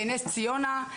נס ציונה,